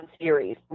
series